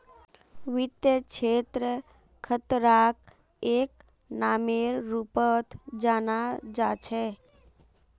वित्त क्षेत्रत खतराक एक नामेर रूपत जाना जा छे